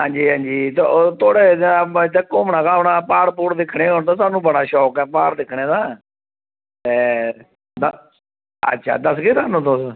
आं जी आं जी ओह् थुआढ़े घुमनै गी आना हा प्हाड़ दिक्खनै दा थाह्नूं बड़ा शौक ऐ प्हाड़ दिक्खनै दा होर दस्सगै असेंगी तुस